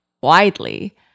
widely